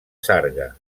sarga